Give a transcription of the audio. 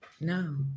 no